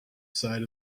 side